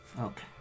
Okay